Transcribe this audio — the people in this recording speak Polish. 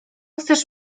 chcesz